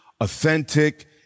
authentic